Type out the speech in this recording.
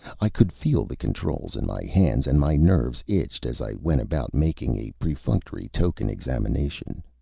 i could feel the controls in my hands, and my nerves itched as i went about making a perfunctory token examination.